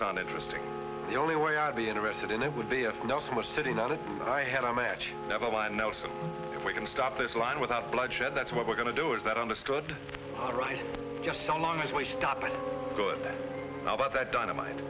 sound interesting the only way i'd be interested in it would be if nelson was sitting on it i had a match never mind knows if we can stop this line without bloodshed that's what we're going to do is that understood all right just so long as we stop and good about that dynamite